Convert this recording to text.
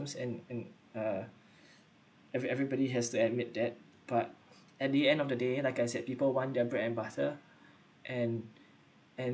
and and uh ever~ everybody has to admit that but at the end of the day like I said people want their bread and butter and and